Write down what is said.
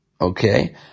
okay